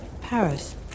Paris